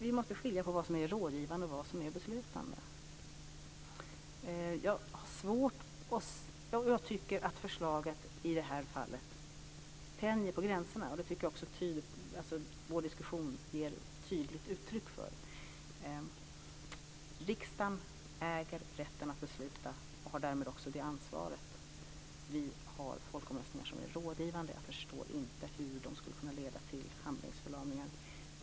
Vi måste skilja på vad som är rådgivande och vad som är beslutande. Förslaget här tänjer på gränserna. Det ger vår diskussion tydligt uttryck för. Riksdagen äger rätten att besluta och har därmed också ansvaret. Vi har folkomröstningar som är rådgivande, och jag förstår inte hur de skulle kunna leda till handlingsförlamning.